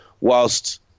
whilst